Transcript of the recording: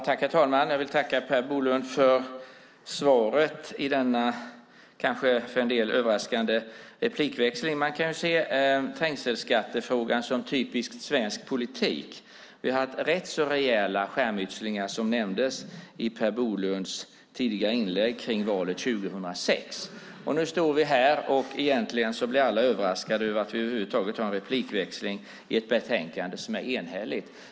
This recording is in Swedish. Herr talman! Jag vill tacka Per Bolund för svaret i denna kanske för en del överraskande replikväxling. Man kan se trängselskattefrågan som typiskt svensk politik. Vi hade rätt rejäla skärmytslingar, som nämndes i Per Bolunds tidigare inlägg, runt valet 2006. Nu står vi här, och egentligen blir alla överraskade över att vi över huvud taget har en replikväxling om ett enhälligt betänkande.